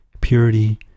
purity